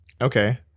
Okay